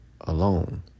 alone